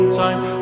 time